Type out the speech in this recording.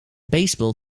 baseball